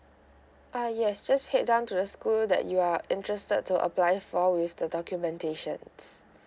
uh yes just head down to the school that you are interested to apply for with the documentations